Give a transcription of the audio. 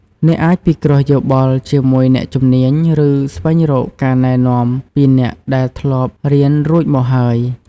អ្នកអាចពិគ្រោះយោបល់ជាមួយអ្នកជំនាញ ឬស្វែងរកការណែនាំពីអ្នកដែលធ្លាប់រៀនរួចមកហើយ។